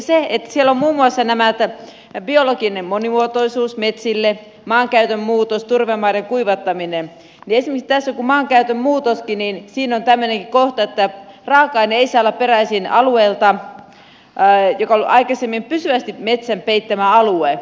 elikkä siellä on muun muassa biologinen monimuotoisuus metsille maankäytön muutos turvemaiden kuivattaminen ja esimerkiksi tässäkin kun on tämä maankäytön muutos on tämmöinenkin kohta että raaka aine ei saa olla peräisin alueelta joka on ollut aikaisemmin pysyvästi metsän peittämä alue